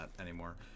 anymore